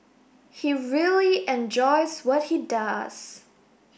he really enjoys what he does